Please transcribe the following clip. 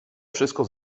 wszystko